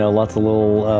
ah lots of little